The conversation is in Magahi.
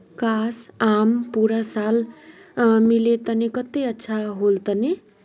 काश, आम पूरा साल मिल तने कत्ते अच्छा होल तने